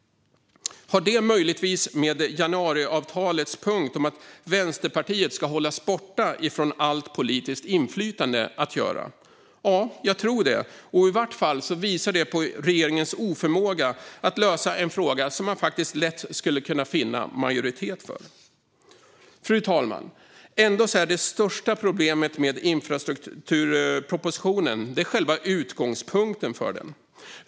Har detta möjligtvis med januariavtalets punkt om att Vänsterpartiet ska hållas borta från allt politiskt inflytande att göra? Ja, jag tror det. Det visar i vart fall på regeringens oförmåga att lösa en fråga som man faktiskt lätt skulle kunna finna majoritet för. Fru talman! Det största problemet med infrastrukturproposition är ändå själva utgångspunkten för den.